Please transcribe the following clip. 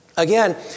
Again